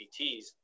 PTs